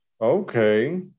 Okay